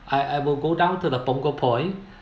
I I will go down to the Punggol point